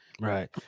right